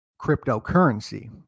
cryptocurrency